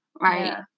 Right